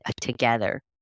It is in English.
together